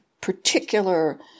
particular